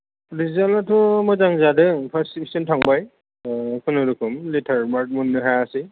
रिजाल्टआथ' मोजां जादों फार्स दिबिसन थांबाय खुनुरुखुम लेटार मार्क मोननो हायासै